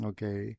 Okay